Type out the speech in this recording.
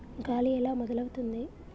గాలి ఎలా మొదలవుతుంది?